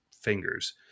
fingers